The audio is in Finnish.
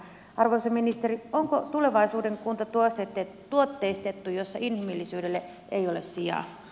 arvoisa ministeri onko tulevaisuuden kunta tuotteistettu jossa inhimillisyydelle ei ole sijaa